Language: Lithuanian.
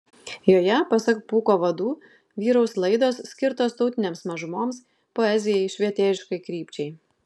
joje pasak pūko vadų vyraus laidos skirtos tautinėms mažumoms poezijai švietėjiškai krypčiai